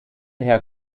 her